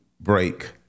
break